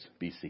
BC